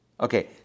Okay